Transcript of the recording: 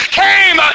came